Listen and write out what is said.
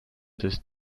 des